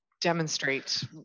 demonstrate